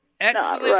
Excellent